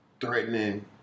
threatening